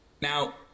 Now